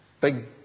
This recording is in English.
big